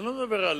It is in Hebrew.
אני לא מדבר על